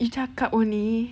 dia cakap only